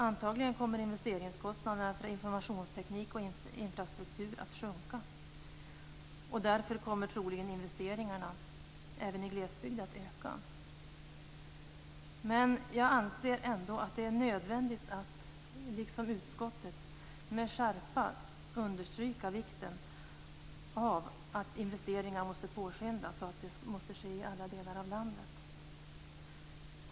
Antagligen kommer investeringskostnaderna för informationsteknik och infrastruktur att sjunka. Därför kommer troligen investeringarna även i glesbygden att öka. Jag anser ändå, liksom utskottet, att det är nödvändigt att med skärpa understryka vikten av att investeringar påskyndas och att det sker i alla delar av landet.